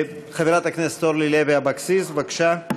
חברת הכנסת אורלי לוי אבקסיס, בבקשה.